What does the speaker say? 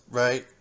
right